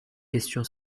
question